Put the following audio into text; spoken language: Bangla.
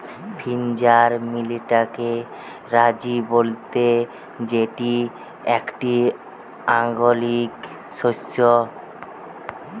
ফিঙ্গার মিলেটকে রাজি বলতে যেটি একটি আঞ্চলিক শস্য